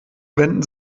wenden